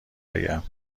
بگم